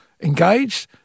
engaged